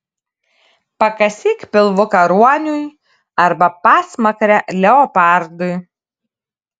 pakasyk pilvuką ruoniui arba pasmakrę leopardui